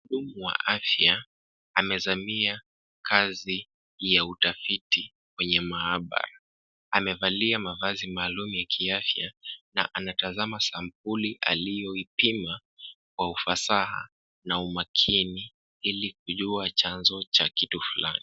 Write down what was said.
Mhudumu wa afya, amezamia kazi ya utafiti kwenye maabara. Amevalia mavazi maalum ya kiafya na anatazama sampuli aliyoipima kwa ufasaha na umakini ili kujua chanzo cha kitu fulani.